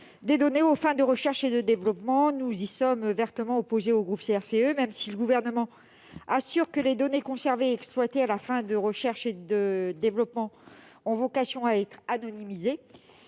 des données aux fins de recherche et de développement. Le groupe CRCE y est opposé. Même si le Gouvernement assure que les données conservées et exploitées à des fins de recherche et développement ont vocation à être anonymisées,